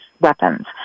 weapons